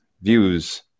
views